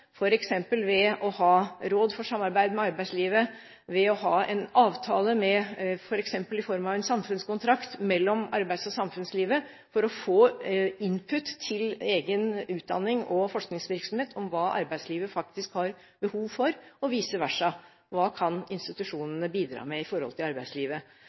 ved å ha råd for samarbeid med arbeidslivet, ved å ha en avtale, f.eks. i form av en samfunnskontrakt, mellom arbeids- og samfunnslivet for å få input til egen utdannings- og forskningsvirksomhet om hva arbeidslivet faktisk har behov for, og vice versa: Hva kan institusjonene bidra med i forhold til arbeidslivet.